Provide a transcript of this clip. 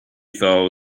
fell